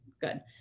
good